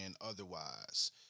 otherwise